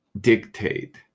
dictate